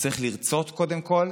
צריך לרצות, קודם כול,